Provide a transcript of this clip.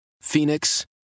Phoenix